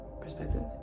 perspective